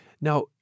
Now